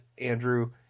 Andrew